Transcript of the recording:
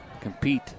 compete